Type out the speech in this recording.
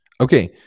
okay